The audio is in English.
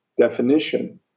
definition